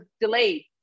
delayed